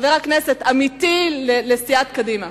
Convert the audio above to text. חבר הכנסת עמיתי לסיעת קדימה,